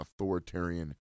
authoritarian